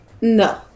No